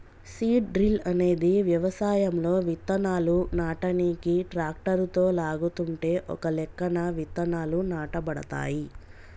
seed drill అనేది వ్యవసాయంలో విత్తనాలు నాటనీకి ట్రాక్టరుతో లాగుతుంటే ఒకలెక్కన విత్తనాలు నాటబడతాయి